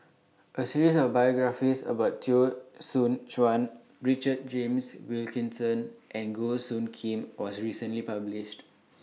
A series of biographies about Teo Soon Chuan Richard James Wilkinson and Goh Soo Khim was recently published